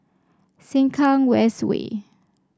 Sengkang West Way